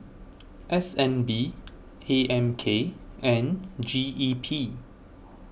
S N B A M K and G E P